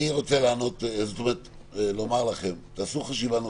תעשו חשיבה נוספת.